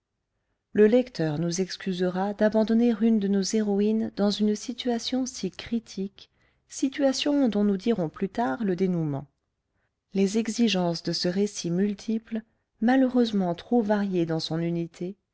le lecteur nous excusera d'abandonner une de nos héroïnes dans une situation si critique situation dont nous dirons plus tard le dénoûment les exigences de ce récit multiple malheureusement trop varié dans son unité